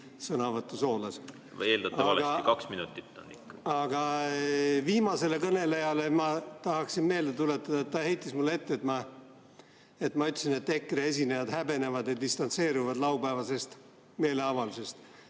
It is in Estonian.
sõnavõttu soolas. Kaks minutit on ikka. Kaks minutit on ikka. Viimasele kõnelejale ma tahaksin meelde tuletada, et ta heitis mulle ette, et ma ütlesin, et EKRE esinejad häbenevad ja distantseeruvad laupäevasest meeleavaldusest.